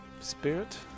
Spirit